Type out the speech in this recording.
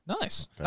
Nice